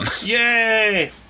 Yay